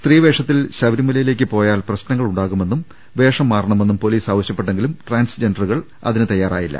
സ്ത്രീ വേഷത്തിൽ ശബ രിമലയിലേക്ക് പോയാൽ പ്രശ്നങ്ങൾ ഉണ്ടാകുമെന്നും വേഷം മാറണമെന്നും പൊലീസ് ആവശ്യപ്പെട്ടെങ്കിലും ട്രാൻസ്ജെൻഡേ ഴ്സുകൾ തയാറായില്ല